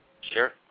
Sure